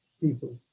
people